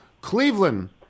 Cleveland